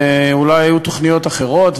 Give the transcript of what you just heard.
ואולי היו תוכניות אחרות.